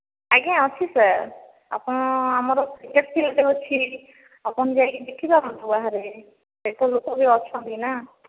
ଆଜ୍ଞା ଅଛି ସାର୍ ଆପଣ ଆମର ଅଛି ଆପଣ ଯାଇକି ଦେଖିପାରନ୍ତି ବାହାରେ କେତେ ଲୋକ ବି ଅଛନ୍ତି ନା